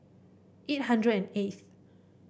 eight hundred and eighth